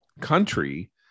country